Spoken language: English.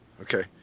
Okay